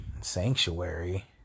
Sanctuary